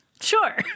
Sure